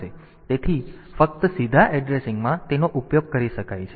તેથી ફક્ત સીધા એડ્રેસિંગમાં તેનો ઉપયોગ કરી શકાય છે